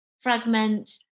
fragment